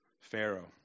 Pharaoh